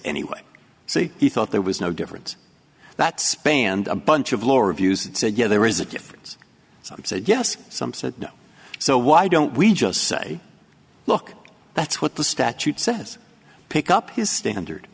anyway see he thought there was no difference that spanned a bunch of law reviews that said yes there is a difference some said yes some said no so why don't we just say look that's what the statute says pick up his standard